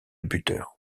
buteur